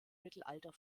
mittelalter